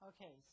Okay